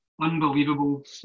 unbelievable